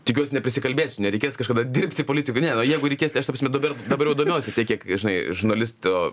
tikiuosi neprisikalbėsiu nereikės kažkada dirbti politiku ne jeigu reikės tai aš ta prasme dabar dabar jau domiuosi teik kiek žinai žurnalisto